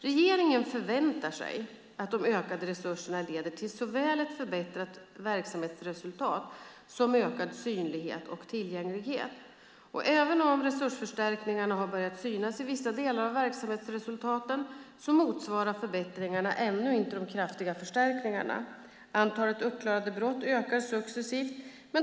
Regeringen förväntar sig att de ökade resurserna leder till såväl ett förbättrat verksamhetsresultat som ökad synlighet och tillgänglighet. Även om resursförstärkningarna har börjat synas i vissa delar av verksamhetsresultaten motsvarar förbättringarna ännu inte de kraftiga förstärkningarna. Antalet uppklarade brott ökar successivt.